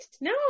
No